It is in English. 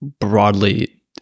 broadly